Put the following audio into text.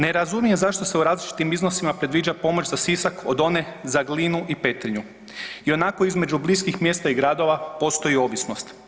Ne razumije zašto se u različitim iznosima predviđa pomoć za Sisak od one za Glinu i Petrinju ionako između bliskim mjesta i gradova postoji ovisnost.